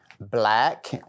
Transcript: black